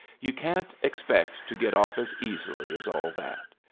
you can't expect to get off as easily as all that.